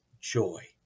joy